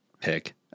pick